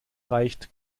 reicht